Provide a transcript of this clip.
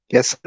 Yes